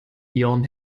ihren